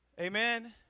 Amen